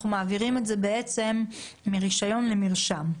אנחנו מעבירים את זה בעצם מרישיון למרשם.